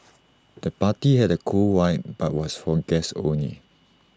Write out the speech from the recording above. the party had A cool vibe but was for guests only